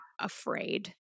afraid